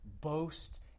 boast